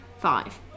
Five